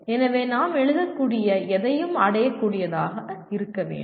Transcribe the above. எனவே நாம் எழுதக்கூடிய எதையும் அடையக் கூடியதாக இருக்க வேண்டும்